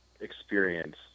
experience